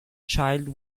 child